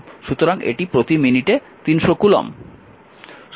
সুতরাং এটি প্রতি মিনিটে 300 কুলম্ব